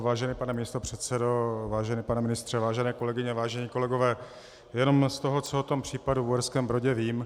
Vážený pane místopředsedo, vážený pane ministře, vážené kolegyně, vážení kolegové, jenom z toho, co o tom případu v Uherském Brodě vím.